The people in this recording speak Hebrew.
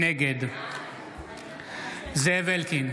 נגד זאב אלקין,